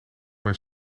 mijn